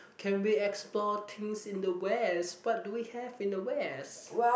can we explore things in the west what do we have in the west